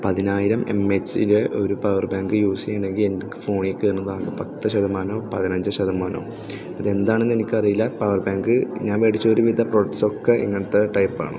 പതിനായിരം എം എച്ചിൻ്റെ ഒരു പവർ ബാങ്ക് യൂസ് ചെയ്യുകയണെങ്കിൽ എനിക്ക് ഫോണിൽ കയറുന്നതാണ് പത്ത് ശതമാനം പതിനഞ്ച് ശതമാനം ഇതെന്താണെന്നെനിക്കറിയില്ല പവർ ബാങ്ക് ഞാൻ മേടിച്ചിട്ടൊരുവിധ പ്രോഡക്ടസൊക്കെ ഇങ്ങനത്തെ ടൈപ്പാണ്